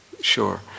sure